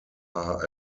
are